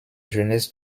jeunesse